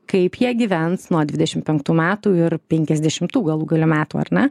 kaip jie gyvens nuo dvidešimt penktų metų ir penkiasdešimtų galų gale metų ar ne